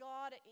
God